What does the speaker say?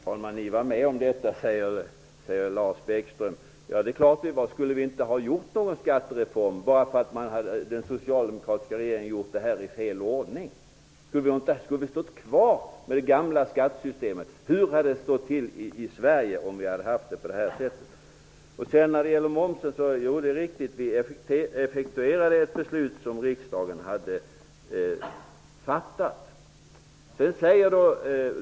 Herr talman! Ni var med om detta, sade Lars Bäckström. Ja, det är klart att vi var. Skulle vi inte ha genomfört någon skattereform bara för att den socialdemokratiska regeringen hade gjort saker i fel ordning? Om vi hade stått kvar med det gamla skattesystemet -- hur hade det då stått till i Sverige? Det är riktigt att vi effektuerade ett beslut om momsen som riksdagen hade fattat.